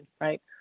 right